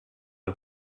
and